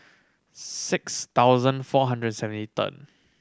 six thousand four hundred and seventy third